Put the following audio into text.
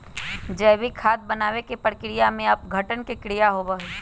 जैविक खाद बनावे के प्रक्रिया में अपघटन के क्रिया होबा हई